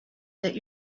that